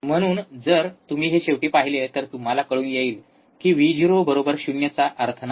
म्हणून जर तुम्ही हे शेवटी पाहिले तर तुम्हाला कळून येईल कि Vo 0 चा अर्थ नाही